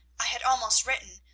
i had almost written,